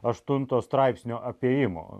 aštunto straipsnio apėjimo